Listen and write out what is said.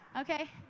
Okay